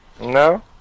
No